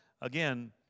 again